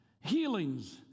healings